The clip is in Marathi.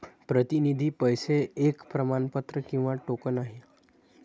प्रतिनिधी पैसे एक प्रमाणपत्र किंवा टोकन आहे